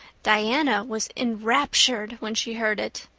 diana was enraptured when she heard it.